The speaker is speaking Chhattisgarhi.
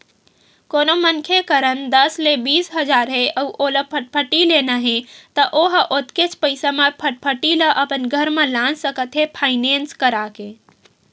कोनो मनखे करन दस ले बीस हजार हे अउ ओला फटफटी लेना हे त ओ ह ओतकेच पइसा म फटफटी ल अपन घर म लान सकत हे फायनेंस करा के